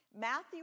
Matthew